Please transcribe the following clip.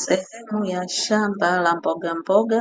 Sehemu ya shamba la mbogamboga